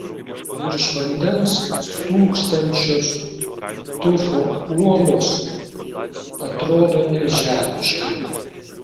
virš vandens stūksančios tufo uolos atrodo nežemiškai